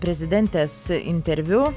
prezidentės interviu